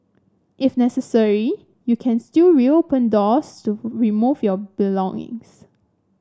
if necessary you can still reopen doors to remove your belongings